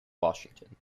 washington